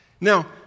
Now